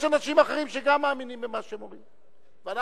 יש אנשים אחרים שגם מאמינים במה שהם אומרים ואנחנו